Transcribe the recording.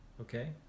okay